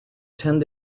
tend